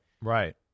Right